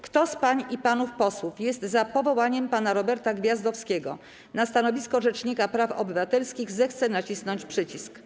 Kto z pań i panów posłów jest za powołaniem pana Roberta Gwiazdowskiego na stanowisko rzecznika praw obywatelskich, zechce nacisnąć przycisk.